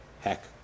Heck